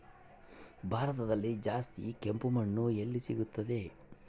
ಭಾರತದಲ್ಲಿ ಜಾಸ್ತಿ ಕೆಂಪು ಮಣ್ಣು ಎಲ್ಲಿ ಸಿಗುತ್ತದೆ?